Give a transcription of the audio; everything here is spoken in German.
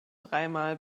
dreimal